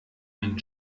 einen